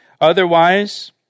Otherwise